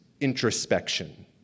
introspection